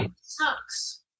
Sucks